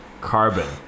carbon